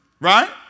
Right